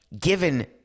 given